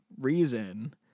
reason